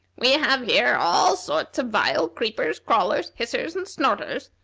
we have here all sorts of vile creepers, crawlers, hissers, and snorters.